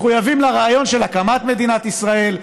מחויבים לרעיון של הקמת מדינת ישראל,